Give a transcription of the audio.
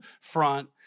front